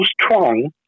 strong